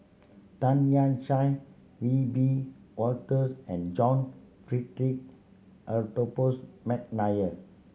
Tan Lian Chye We be Wolters and John Frederick Adolphus McNair